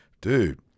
dude